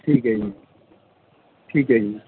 ਠੀਕ ਹੈ ਜੀ ਠੀਕ ਹੈ ਜੀ